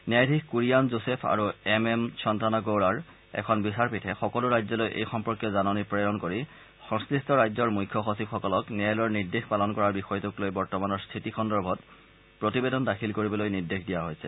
ন্যায়ধীশ কুৰিয়ান যোছেফ আৰু M M সন্তানাগৌড়াৰ এখন বিচাৰপীঠে সকলো ৰাজ্যলৈ এই সম্পৰ্কীয় জাননী প্ৰেৰণ কৰি সংশ্লিষ্ট ৰাজ্যৰ মুখ্য সচিবসকলক ন্যায়ালয়ৰ নিৰ্দেশ পালন কৰাৰ বিষয়টোক লৈ বৰ্তমানৰ স্থিতি সন্দৰ্ভত প্ৰতিবেদন দাখিল কৰিবলৈ নিৰ্দেশ দিয়া হৈছে